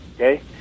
okay